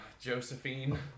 Josephine